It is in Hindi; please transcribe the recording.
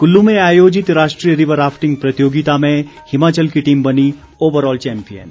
कुल्लू में आयोजित राष्ट्रीय रिवर राफ्टिंग प्रतियोगिता में हिमाचल की टीम बनी ओवर ऑल चैंपियन